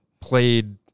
played